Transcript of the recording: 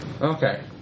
Okay